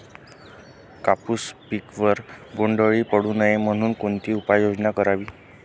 कापूस पिकावर बोंडअळी पडू नये म्हणून कोणती उपाययोजना करावी?